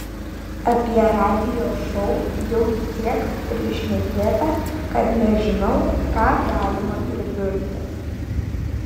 apie radijo šou jau tiek prišnekėta kad nežinau ką galima pridurti